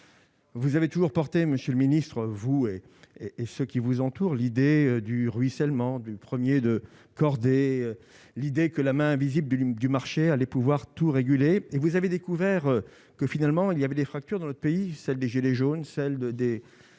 Vous avez toujours porté, monsieur le ministre vous et et et ce qui vous entoure l'idée du ruissellement du 1er de cordée l'idée que la main invisible du du du marché les pouvoir tout réguler et vous avez découvert que finalement il y avait des fractures dans notre pays, celles des gilets jaunes, celle de